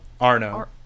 Arno